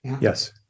Yes